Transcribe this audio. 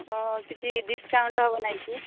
କିଛି ଡିସ୍କାଉଣ୍ଟ୍ ହେବ ନାହିଁକି